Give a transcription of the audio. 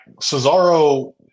Cesaro